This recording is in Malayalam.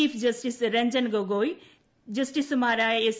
ചീഫ് ജസ്റ്റിസ് രഞ്ജൻ ഗൊഗോയി ജസ്റ്റിസുമാരായ എസ്